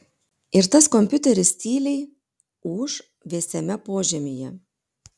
ir tas kompiuteris tyliai ūš vėsiame požemyje